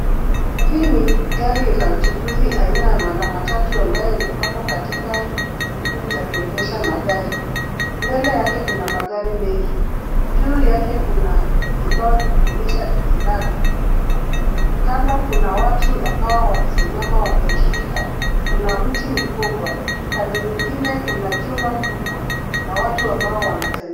Hii ni gari la uchukuzi aina la matatu ambayo imepangwa katika kituo cha kuegesha magari. Mbele yake kuna magari mengi. Juu yake kuna kibao cha kuonyesha iendako. Kando kuna watu ambao wamesimama wameishika. Kuna mti mkubwa. Pande nyingine kuna jumba kubwa na watu ambao wanatembea.